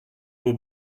vos